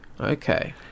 okay